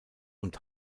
und